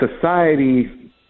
society